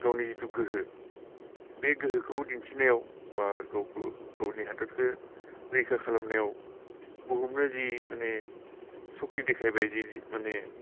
गावनि जितु गोहो बे गोहोखौ दिन्थिनायाव बा गावखौ गावनि हादोदखौ रैखा खालामनायाव बुहुमनो जि मानि सक्टि देखायबाइ मानि